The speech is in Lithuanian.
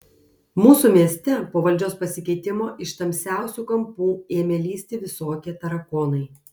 mūsų mieste po valdžios pasikeitimo iš tamsiausių kampų ėmė lįsti visokie tarakonai